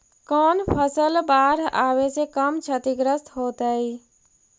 कौन फसल बाढ़ आवे से कम छतिग्रस्त होतइ?